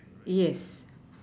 yes